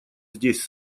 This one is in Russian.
здесь